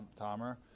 Tomer